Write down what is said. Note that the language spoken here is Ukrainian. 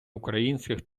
українських